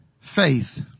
Faith